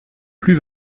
plus